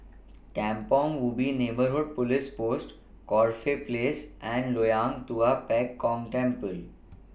Kampong Ubi Neighbourhood Police Post Corfe Place and Loyang Tua Pek Kong Temple